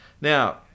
Now